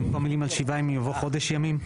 במקום המילים 'על שבעה ימים' יבוא 'חודש ימים'.